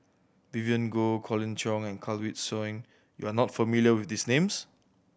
Vivien Goh Colin Cheong and Kanwaljit Soin you are not familiar with these names